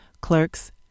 clerks